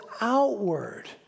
outward